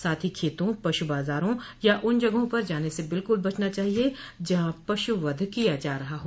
साथ ही खेतों पश् बाजारों या उन जगहों पर जाने से बिलकुल बचना चाहिए जहां पश् वध किया जा रहा हो